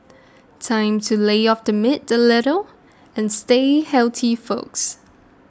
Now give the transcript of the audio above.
time to lay off the meat a little and stay healthy folks